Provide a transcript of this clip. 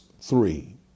three